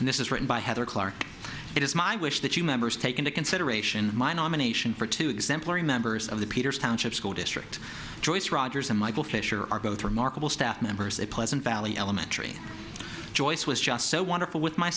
and this is written by heather clark it is my wish that you members take into consideration my nomination for two exemplary members of the peters township school district joyce rogers and michael fisher are both markable staff members a pleasant valley elementary joyce was just so wonderful with my